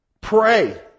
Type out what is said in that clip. Pray